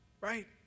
right